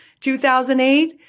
2008